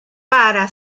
para